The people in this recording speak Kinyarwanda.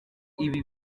ibi